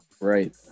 right